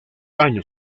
año